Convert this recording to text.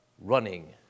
running